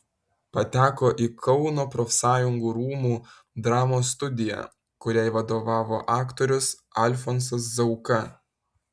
pateko į kauno profsąjungų rūmų dramos studiją kuriai vadovavo aktorius alfonsas zauka